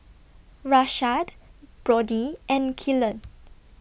Rashad Brodie and Kylan